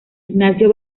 ignacio